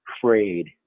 frayed